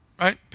Right